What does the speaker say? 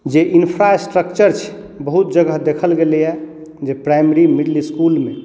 जे इन्फ्रास्ट्रक्चर छै बहुत जगह देखल गेलै हँ जे प्राइमरी मिडिल इसकुलमे